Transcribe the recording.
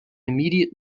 immediate